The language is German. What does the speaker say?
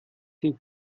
sie